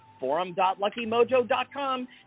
forum.luckymojo.com